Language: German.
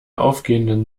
aufgehenden